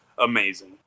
amazing